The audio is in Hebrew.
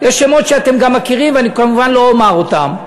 יש שמות שאתם גם מכירים ואני כמובן לא אומר אותם,